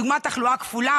כדוגמת תחלואה כפולה,